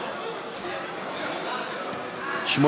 התשע"ט 2018,